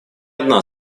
одна